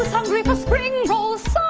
hungry for spring rolls